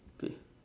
please